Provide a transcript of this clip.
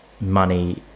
money